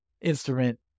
instrument